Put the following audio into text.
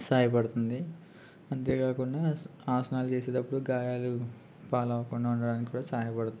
సహాయపడుతుంది అంతేకాకుండా ఆసనాలు చేసేటప్పుడు గాయాలు పాలు అవ్వకుండా ఉండడానికి కూడా సహాయపడుతుంది